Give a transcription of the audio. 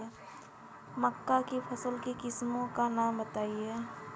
मक्का की फसल की किस्मों का नाम बताइये